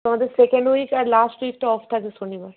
আমাদের second week আর last উইকটা অফ থাকে শনিবার